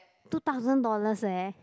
two thousand dollars leh